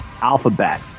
Alphabet